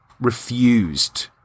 refused